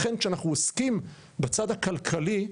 לכן כשאנחנו עוסקים בצד הכלכלי,